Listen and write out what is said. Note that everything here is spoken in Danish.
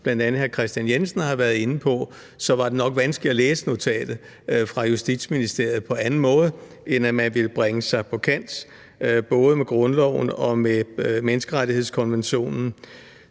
bl.a. hr. Kristian Jensen, har været inde på, så var det nok vanskeligt at læse notatet fra Justitsministeriet på anden måde, end at man ville bringe sig på kant med både grundloven og menneskerettighedskonventionen.